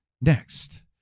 next